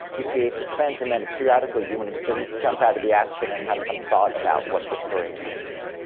you create suspense. and then periodically, you want to jump jump out of the action and have some thought about what the story means.